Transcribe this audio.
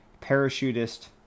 Parachutist